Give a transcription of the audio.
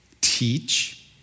teach